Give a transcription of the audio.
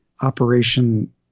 Operation